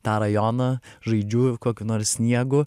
tą rajoną žaidžiu kokiu nors sniegu